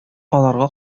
аларга